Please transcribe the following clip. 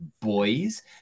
boys